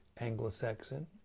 Anglo-Saxon